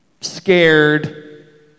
scared